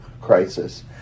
crisis